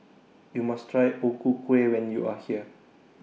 YOU must Try O Ku Kueh when YOU Are here